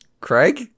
Craig